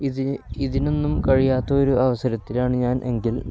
ഇതി ഇതിനൊന്നും കഴിയാത്തൊരു അവസരത്തിലാണ് ഞാൻ എങ്കിൽ